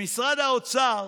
במשרד האוצר